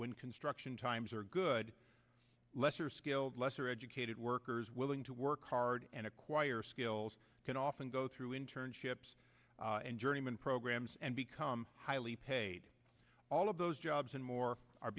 when construction times are good lesser skilled lesser educated workers willing to work hard and acquire skills can often go through internships and journeymen programs and become highly paid all of those jobs and more are